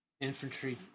infantry